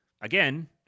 Again